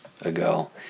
ago